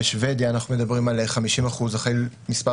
בשבדיה אנחנו מדברים על 50% אחרי מספר